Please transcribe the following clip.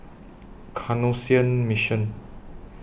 Canossian Mission